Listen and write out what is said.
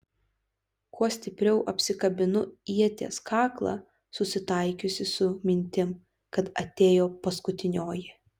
kuo stipriau apsikabinu ieties kaklą susitaikiusi su mintim kad atėjo paskutinioji